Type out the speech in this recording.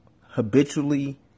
habitually